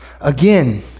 Again